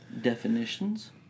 definitions